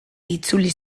itzuli